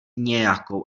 nějakou